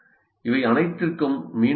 இவை அனைத்திற்கும் மீண்டும் ஐ